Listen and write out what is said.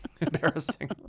Embarrassing